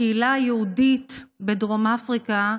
הקהילה היהודית בדרום אפריקה,